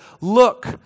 Look